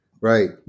Right